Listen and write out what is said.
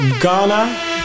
Ghana